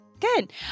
Good